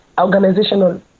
organizational